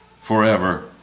forever